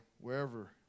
wherever